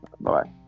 Bye